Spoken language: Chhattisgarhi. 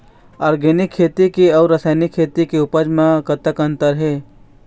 ऑर्गेनिक खेती के अउ रासायनिक खेती के उपज म कतक अंतर हे?